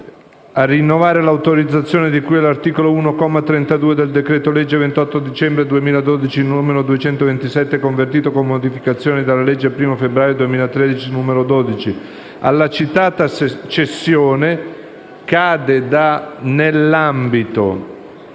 a rinnovare l'autorizzazione di cui all'articolo 1, comma 32, del decreto-legge 28 dicembre 2012, n. 227, convertito, con modificazioni, dalla legge 1º febbraio 2013, n. 12 alla citata cessione nell'ambito